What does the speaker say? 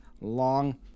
long